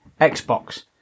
Xbox